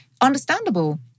understandable